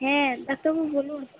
হ্যাঁ ডাক্তারবাবু বলুন